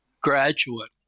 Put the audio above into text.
graduate